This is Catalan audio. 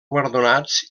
guardonats